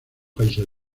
países